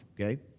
okay